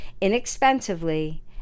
inexpensively